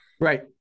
Right